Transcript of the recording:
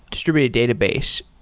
distributed database,